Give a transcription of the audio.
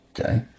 Okay